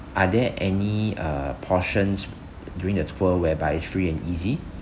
are there any uh portions during the tour whereby it's free and easy